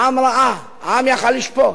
העם ראה, העם יכול היה לשפוט.